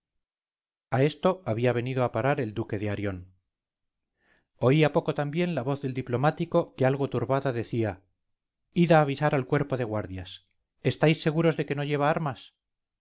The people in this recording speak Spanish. a esto había venido a parar el duque de arión oí a poco también la voz del diplomático que algo turbada decía id a avisar al cuerpo de guardias estáis seguros de que no lleva armas